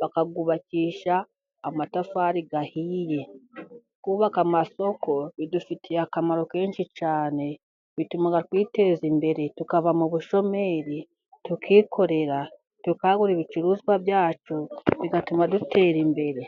bakayubakisha amatafari ahiye. Kubaka amasoko bidufitiye akamaro kenshi cyane, bituma twiteza imbere tukava mu bushomeri, tukikorera tukagura ibicuruzwa byacu bigatuma dutera imbere.